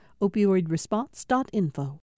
Opioidresponse.info